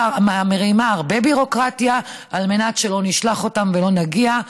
מערימה הרבה ביורוקרטיה על מנת שלא נשלח אותם ולא נגיע.